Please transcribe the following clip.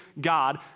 God